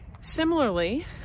Similarly